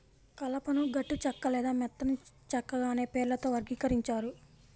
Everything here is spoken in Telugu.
కలపను గట్టి చెక్క లేదా మెత్తని చెక్కగా అనే పేర్లతో వర్గీకరించారు